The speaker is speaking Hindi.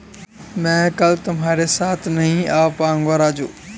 मैं कल तुम्हारे साथ नहीं आ पाऊंगा राजू